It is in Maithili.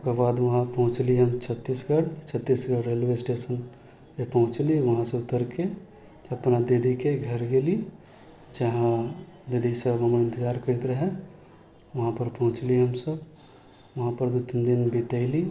ओकर बाद वहाँ पहुँचली हम छत्तीसगढ़ छत्तीसगढ़ रेलवे स्टेशनपर पहुँचली वहाँसँ उतरिके अपना दीदीके घर गेली चाहे दीदी सब हमर इन्तजार करैत रहै वहाँपर पहुँचली हमसब वहाँपर दू तीन दिन बितैली